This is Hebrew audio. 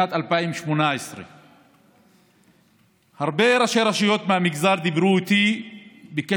שנת 2018. הרבה ראשי רשויות מהמגזר דיברו אתי בקשר